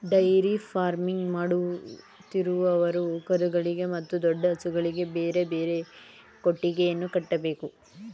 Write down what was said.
dairy farming ಮಾಡುತ್ತಿರುವವರು ಕರುಗಳಿಗೆ ಮತ್ತು ದೊಡ್ಡ ಹಸುಗಳಿಗೆ ಬೇರೆ ಬೇರೆ ಕೊಟ್ಟಿಗೆಯನ್ನು ಕಟ್ಟಬೇಕು